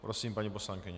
Prosím, paní poslankyně.